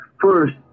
first